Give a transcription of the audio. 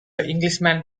englishman